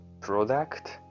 product